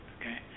Okay